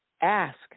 Ask